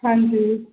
हांजी